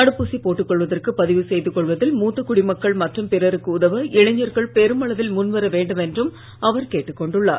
தடுப்பூசி போட்டு கொள்வதற்கு பதிவு செய்து கொள்வதில் மூத்த குடிமக்கள் மற்றும் பிறருக்கு உதவ இளைஞர்கள் பெருமளவில் முன் வர வேண்டும் என்றும் அவர் கேட்டுக் கொண்டுள்ளார்